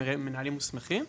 כי הם מנהלים מוסמכים.